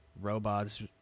robots